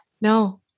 No